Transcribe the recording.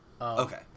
Okay